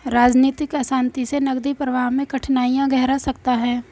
राजनीतिक अशांति से नकदी प्रवाह में कठिनाइयाँ गहरा सकता है